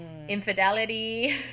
Infidelity